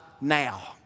now